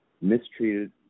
mistreated